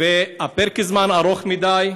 פרק הזמן ארוך מדי.